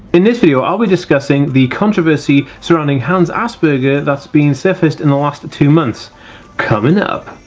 in this video i'll be discussing the controversy surrounding hans asperger that's being surfaced in the last two months coming up